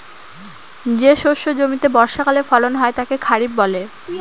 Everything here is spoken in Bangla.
যে শস্য জমিতে বর্ষাকালে ফলন হয় তাকে খরিফ বলে